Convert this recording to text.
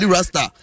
Rasta